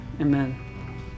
Amen